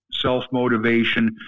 self-motivation